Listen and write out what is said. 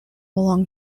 belong